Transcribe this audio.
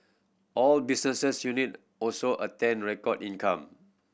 all unit also attained record income